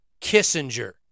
Kissinger